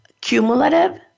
cumulative